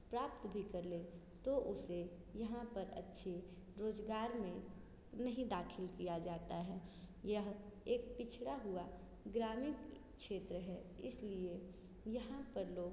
प्राप्त भी कर लें तो उसे यहाँ पर अच्छे रोजगार में नहीं दाखिल किया जाता है यह एक पिछड़ा हुआ ग्रामीण क्षेत्र है इसलिए यहाँ पर लोग